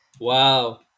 Wow